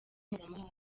mpuzamahanga